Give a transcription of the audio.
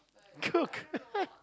cook